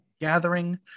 gathering